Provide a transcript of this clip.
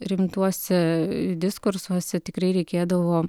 rimtuose diskursuose tikrai reikėdavo